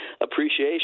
appreciation